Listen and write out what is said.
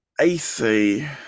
AC